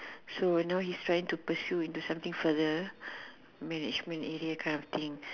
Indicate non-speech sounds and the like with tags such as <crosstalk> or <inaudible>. <breath> so now he's trying to pursue into something further management area kind of thing